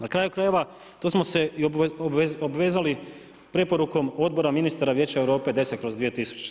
Na kraju krajeva, to smo i obvezali preporukom Odbora ministara Vijeća Europe 10/2000.